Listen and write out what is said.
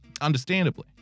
understandably